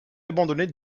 abandonnée